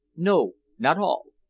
no not all.